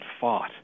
fought